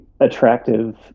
attractive